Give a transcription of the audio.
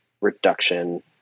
reduction